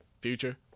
Future